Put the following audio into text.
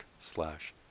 slash